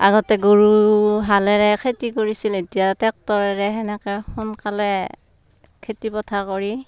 আগতে গৰু হালেৰে খেতি কৰিছিল এতিয়া ট্ৰেক্টৰেৰে সেনেকৈ সোনকালে খেতি পথাৰ কৰি